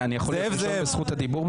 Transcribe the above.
אני יכול לקבל את זכות הדיבור,